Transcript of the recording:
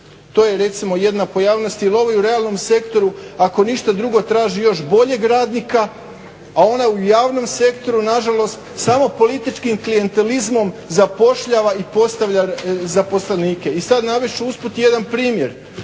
To je recimo jedna pojavnost, jer ovi u realnom sektoru ako ništa drugo traži još boljeg radnika, a ona u javnom sektoru na žalost samo političkim klijentelizmom zapošljava i postavlja zaposlenike. I sad navest ću usput jedan primjer